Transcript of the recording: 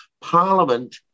Parliament